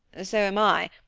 so am i,